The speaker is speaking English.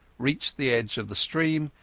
reached the edge of the stream,